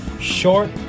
Short